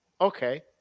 Okay